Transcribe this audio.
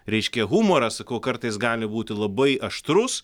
reiškia humoras sakau kartais gali būti labai aštrus